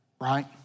right